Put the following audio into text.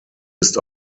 ist